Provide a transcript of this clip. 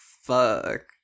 fuck